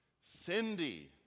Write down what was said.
Cindy